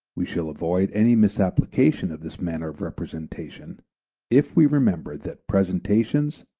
we shall avoid any misapplication of this manner of representation if we remember that presentations,